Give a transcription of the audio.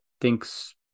thinks